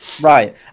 right